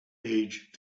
age